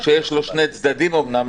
שיש לו שני צדדים אומנם,